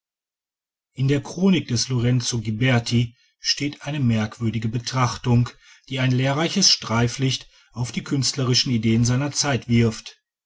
in der chronik des lorenzo ghiberti steht eine merkwürdige betrachtung die ein lehrreiches streiflicht auf die künstlerischen ideen seiner zeit wirft